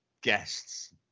Guests